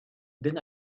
then